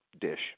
dish